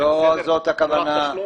ללא תשלום?